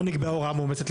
או נקבעה הוראה מאומצת,